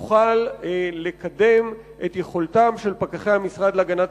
תוכל לקדם את יכולתם של פקחי המשרד להגנת